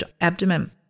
abdomen